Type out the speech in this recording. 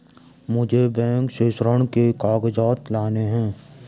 मुझे बैंक से ऋण के कागजात लाने हैं